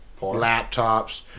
laptops